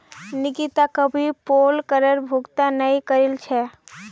निकिता कभी पोल करेर भुगतान नइ करील छेक